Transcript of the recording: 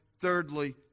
Thirdly